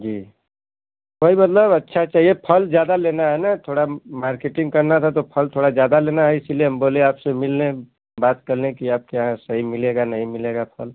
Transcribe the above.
जी वही मतलब अच्छा चाहिए फल ज्यादा लेना है ना थोड़ा मार्केटिंग करना था तो फल थोड़ा ज्यादा लेना है इसलिए हम बोले आपसे मिल लें बात कर लें कि आपके यहाँ सही मिलेगा नहीं मिलेगा फल